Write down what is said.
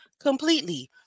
completely